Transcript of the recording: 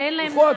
שאין להם נהג.